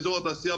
באזור התעשיה,